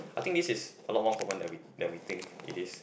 I think this is a lot more common than we than we think it is